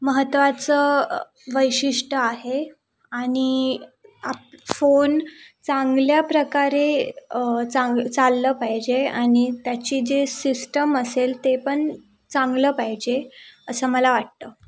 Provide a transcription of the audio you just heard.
महत्त्वाचं वैशिष्ट्य आहे आणि आप फोन चांगल्या प्रकारे चांग चाललं पाहिजे आणि त्याची जे सिस्टम असेल ते पण चांगलं पाहिजे असं मला वाटतं